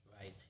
Right